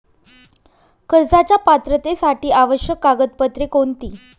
कर्जाच्या पात्रतेसाठी आवश्यक कागदपत्रे कोणती?